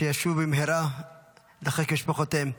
שישובו במהרה לחיק משפחותיהם.